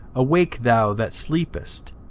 awake thou that sleepest,